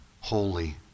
holy